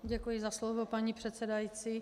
Děkuji za slovo, paní předsedající.